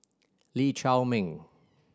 Lee Chiaw Meng